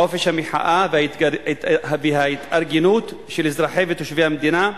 חופש המחאה וההתארגנות של אזרחי ותושבי המדינה,